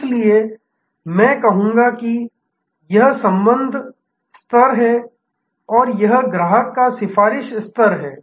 इसलिए मैं कहूंगा कि यह संबंध स्तर है और यह ग्राहक का सिफारिश स्तर है